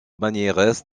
bagnères